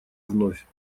вновь